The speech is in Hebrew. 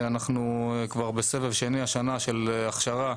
אנחנו כבר בסבב שני השנה של הכשרה.